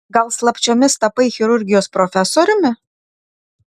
gal slapčiomis tapai chirurgijos profesoriumi